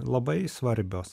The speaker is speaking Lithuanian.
labai svarbios